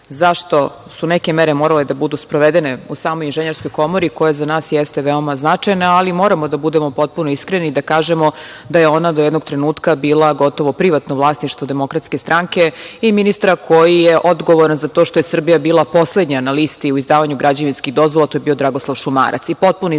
zašto su neke mere morale da budu sprovedene u samoj inženjerskoj komori, koja za nas jeste veoma značajan, ali moramo da budemo potpuno iskreni i da kažemo da je ona do jednom trenutka bila gotovo privatno vlasništvo DS i ministra koji je odgovoran za to što je Srbija bila poslednja na listi u izdavanju građevinskih dozvola, to je bio Dragoslav Šumarac. Potpuni zastoj